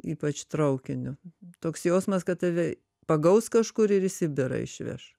ypač traukiniu toks jausmas kad tave pagaus kažkur ir į sibirą išveš